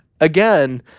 again